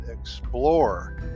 explore